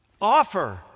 offer